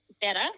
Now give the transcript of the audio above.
better